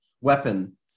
weapon